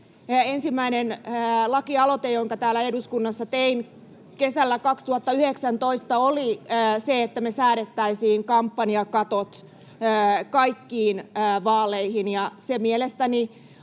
ensimmäinen lakialoite, jonka täällä eduskunnassa tein kesällä 2019, oli se, että me säädettäisiin kampanjakatot kaikkiin vaaleihin. Se mielestäni